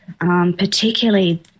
particularly